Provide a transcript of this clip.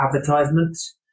advertisements